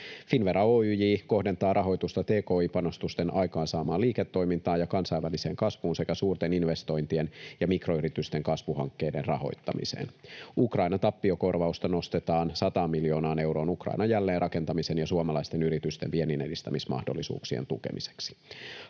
Finnvera Oyj kohdentaa rahoitusta tki-panostusten aikaansaamaan liiketoimintaan ja kansainväliseen kasvuun sekä suurten investointien ja mikroyritysten kasvuhankkeiden rahoittamiseen. Ukraina-tappiokorvausta nostetaan 100 miljoonaan euroon Ukrainan jälleenrakentamisen ja suomalaisten yritysten vienninedistämismahdollisuuksien tukemiseksi.